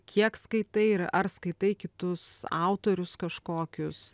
kiek skaitai ir ar skaitai kitus autorius kažkokius